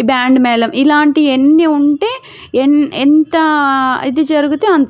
ఈ బ్యాండ్ మేళం ఇలాంటియన్ని ఉంటే ఎన్ ఎంత ఇది జరిగితే అంత